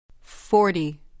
Forty